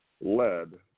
led